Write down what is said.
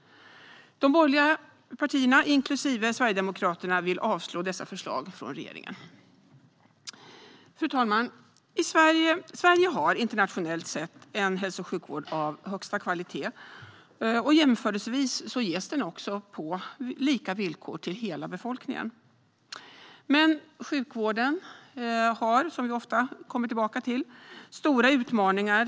De borgerliga partierna, inklusive Sverigedemokraterna, vill avslå dessa förslag från regeringen. Fru talman! Sverige har internationellt sett en hälso och sjukvård av högsta kvalitet, och jämförelsevis ges den på lika villkor till hela befolkningen. Men sjukvården har, som vi ofta kommer tillbaka till, stora utmaningar.